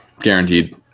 guaranteed